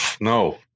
No